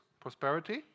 prosperity